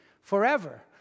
forever